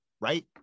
Right